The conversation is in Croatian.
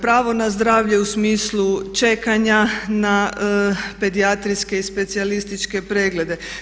Pravo na zdravlje u smislu čekanja na pedijatrijske i specijalističke preglede.